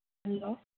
hello